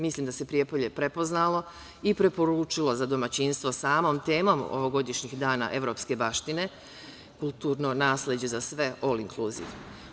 Mislim da se Prijepolje prepoznalo i preporučilo za domaćinstvo samom temom ovogodišnjih „Dana evropske baštine“, kulturno nasleđe za sve ol-inkluziv.